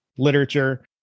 literature